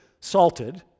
salted